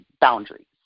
boundaries